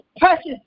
precious